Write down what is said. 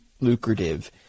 lucrative